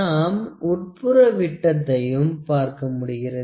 நாம் உட்புற விட்டத்தையும் பார்க்க முடிகிறது